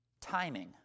timing